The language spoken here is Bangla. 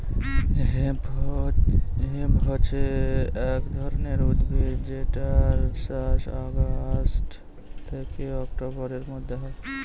হেম্প হছে এক ধরনের উদ্ভিদ যেটার চাষ অগাস্ট থেকে অক্টোবরের মধ্যে হয়